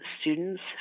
students